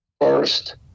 First